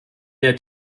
der